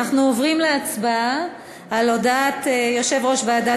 אנחנו עוברים להצבעה על הודעת יושב-ראש ועדת